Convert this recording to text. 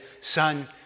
Son